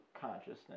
consciousness